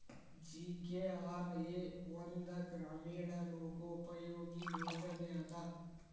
GKRA ಒಂದ ಗ್ರಾಮೇಣ ಲೋಕೋಪಯೋಗಿ ಯೋಜನೆ ಅದ